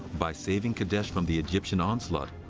by saving kadesh from the egyptian onslaught,